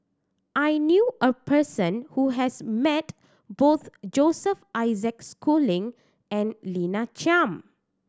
I knew a person who has met both Joseph Isaac Schooling and Lina Chiam